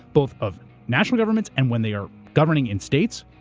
both of national governments, and when they are governing in states,